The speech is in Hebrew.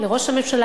לראש הממשלה,